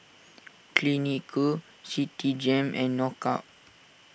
Clinique Citigem and Knockout